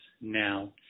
now